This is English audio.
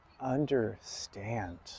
understand